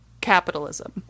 Capitalism